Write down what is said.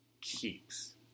keeps